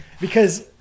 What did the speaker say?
because-